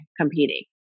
competing